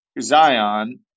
Zion